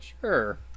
Sure